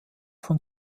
von